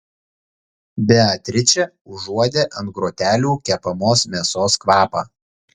beatričė užuodė ant grotelių kepamos mėsos kvapą